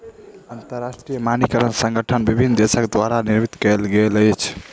अंतरराष्ट्रीय मानकीकरण संगठन विभिन्न देसक द्वारा निर्मित कयल गेल अछि